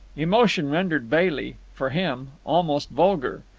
emotion rendered bailey for him almost vulgar.